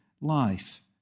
life